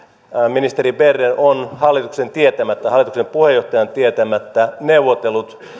ministeri berner on hallituksen tietämättä hallituksen puheenjohtajan tietämättä neuvotellut